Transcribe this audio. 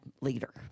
leader